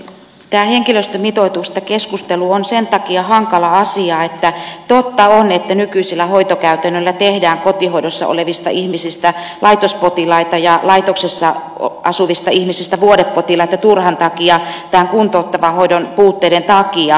tämä henkilöstömitoituksesta keskustelu on sen takia hankala asia että totta on että nykyisillä hoitokäytännöillä tehdään kotihoidossa olevista ihmisistä laitospotilaita ja laitoksessa asuvista ihmisistä vuodepotilaita turhan takia tämän kuntouttavan hoidon puutteen takia